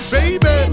Baby